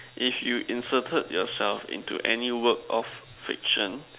if you inserted yourself into any work of fiction